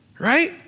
right